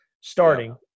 starting